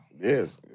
Yes